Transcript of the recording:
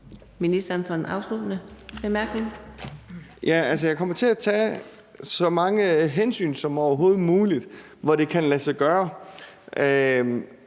Transportministeren (Thomas Danielsen): Jeg kommer til at tage så mange hensyn som overhovedet muligt, hvor det kan lade sig gøre.